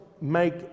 make